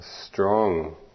strong